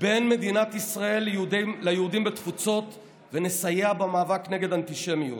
בין מדינת ישראל ליהודים בתפוצות ונסייע במאבק נגד אנטישמיות.